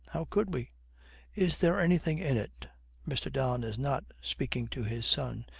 how could we is there anything in it mr. don is not speaking to his son.